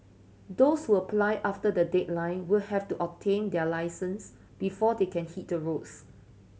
those who apply after the deadline will have to obtain their licence before they can hit the roads